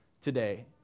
today